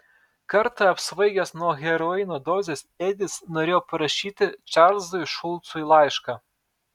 kartą apsvaigęs nuo heroino dozės edis norėjo parašyti čarlzui šulcui laišką